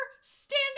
standing